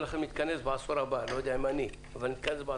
נתכנס בעשור הבא לא יודע אם אני ונמצא